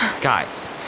guys